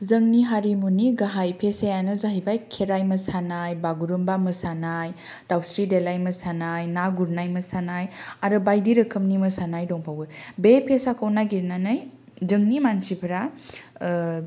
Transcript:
जोंनि हारिमुनि गाहाय पेसायानो जाहैबाय खेराय मोसानाय बागुरुमबा मोसानाय दाउस्रि देलाय मोसानाय ना गुरनाय मोसानाय आरो बायदि रोखोमनि मोसानाय दंबावो बे पेसाखौ नागेरनानै जोंनि मानसिफ्रा